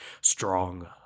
strong